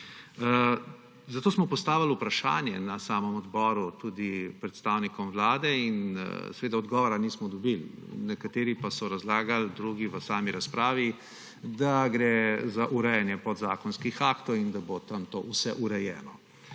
Zato smo postavili vprašanje na samem odboru tudi predstavnikom Vlade in seveda odgovora nismo dobili. Nekateri drugi pa so razlagali v sami razpravi, da gre za urejanje podzakonskih aktov in da bo tam to vse urejeno.